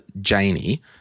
Janie